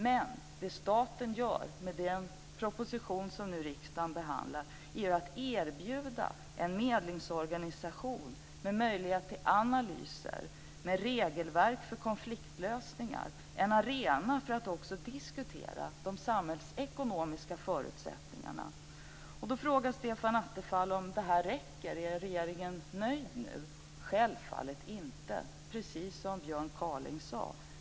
Men det staten gör med den proposition som nu riksdagen behandlar är att erbjuda en medlingsorganisation med möjlighet till analyser, med regelverk för konfliktlösningar och med en arena för att också diskutera de samhällsekonomiska förutsättningarna. Stefan Attefall frågar om detta räcker och om regeringen är nöjd nu. Självfallet inte, precis som Björn Kaaling sade.